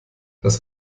das